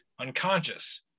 unconscious